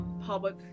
public